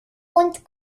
und